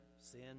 sin